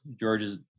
george's